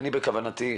בכוונתי,